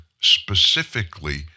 specifically